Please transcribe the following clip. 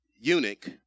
eunuch